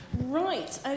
Right